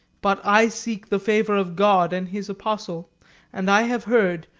but i seek the favor of god and his apostle and i have heard,